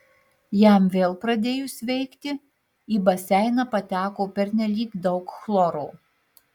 jam vėl pradėjus veikti į baseiną pateko pernelyg daug chloro